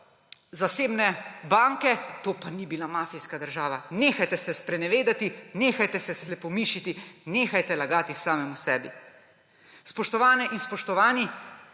zasebne banke, to pa ni bila mafijska država. Nehajte se sprenevedati! Nehajte slepomišiti! Nehajte lagati samim sebi! Spoštovane in spoštovani!